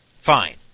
Fine